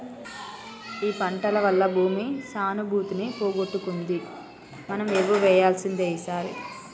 ఈ పంటల వల్ల భూమి సానుభూతిని పోగొట్టుకుంది మనం ఎరువు వేయాల్సిందే ఈసారి